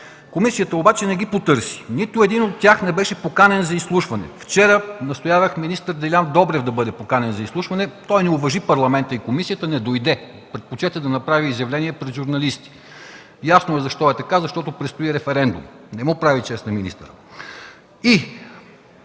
Комисията обаче не ги потърси. Нито един от тях не беше поканен за изслушване. Вчера настоявах министър Делян Добрев да бъде поканен за изслушване, той не уважи Парламента и комисията и не дойде – предпочете да направи изявление пред журналисти. Ясно защо е така, защото предстои референдум. Не му прави чест на министъра.